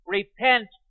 Repent